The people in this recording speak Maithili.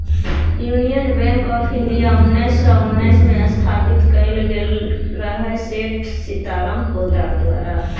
युनियन बैंक आँफ इंडिया उन्नैस सय उन्नैसमे स्थापित कएल गेल रहय सेठ सीताराम पोद्दार द्वारा